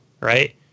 right